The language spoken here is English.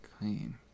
clean